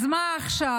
אז מה עכשיו?